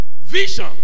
Vision